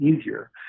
easier